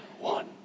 one